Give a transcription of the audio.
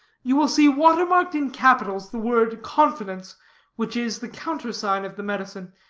you will see water-marked in capitals the word confidence which is the countersign of the medicine,